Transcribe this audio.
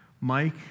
Mike